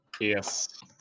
Yes